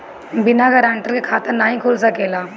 बिना गारंटर के खाता नाहीं खुल सकेला?